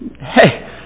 Hey